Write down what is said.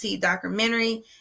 documentary